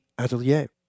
Atelier